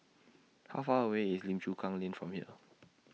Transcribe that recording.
How Far away IS Lim Chu Kang Lane from here